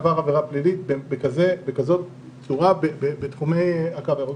עבר עבירה פלילית בכזאת צורה בתחומי הקו הירוק?